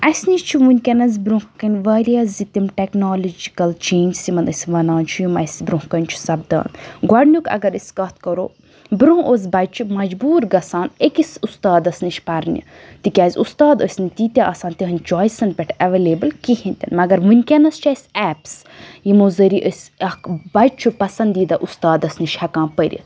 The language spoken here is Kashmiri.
اسہِ نِش چھِ وُنکٮ۪ن برٛونٛہہ کَنۍ واریاہ زِ تِم ٹیٚکنالجِکَل چینٛجس یِمَن أسۍ وَنان چھِ یِم اسہِ برٛونٛہہ کَنہِ چھِ سَپدان گۄڈٕنیُک اگر أسۍ کَتھ کَرو برٛونٛہہ اوٗس بَچہِ مَجبوٗر گَژھان أکِس اُستادَس نِش پَرنہِ تِکیازِ اُستاد ٲسۍ نہٕ تیٖتیاہ آسان تہنٛدِ چۄیسَن پٮ۪ٹھ ایٚولیبٕل کہیٖنۍ تہِ مگر وُنکٮ۪ن چھِ اسہِ ایپٕس یِمو ذٔریعہِ أسۍ اَکھ بَچہِ چھُ پَسنٛدیٖدہ اُستادَس نِش ہیٚکان پٔرِتھ